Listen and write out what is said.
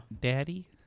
Daddy